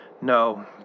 No